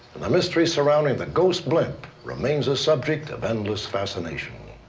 the mystery surrounding the ghost blimp remains a subject of endless fascination.